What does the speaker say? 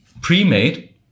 pre-made